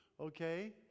Okay